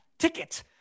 ticket